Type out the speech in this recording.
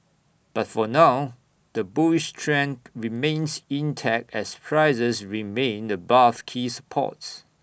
but for now the bullish trend remains intact as prices remain above key supports